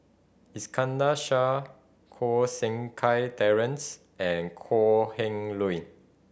Iskandar Shah Koh Seng Kiat Terence and Kok Heng Leun